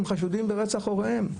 הם חשודים ברצח הוריהם?